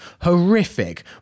horrific